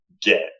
get